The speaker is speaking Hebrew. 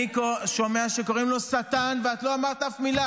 אני רואה שקצת חזרנו לשיח של 6 באוקטובר.